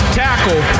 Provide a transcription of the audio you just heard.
tackle